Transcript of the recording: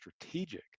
strategic